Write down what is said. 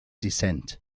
dissent